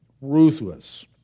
ruthless